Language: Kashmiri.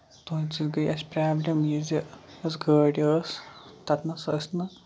تُہندِ سۭتۍ گٔے اَسہِ پرابلِم یُس یہِ گٲڑۍ ٲسۍ تَتھ منٛز ٲسۍ نہٕ